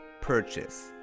purchase